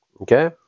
Okay